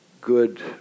good